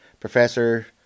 professor